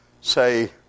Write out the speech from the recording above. say